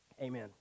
Amen